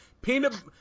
Peanut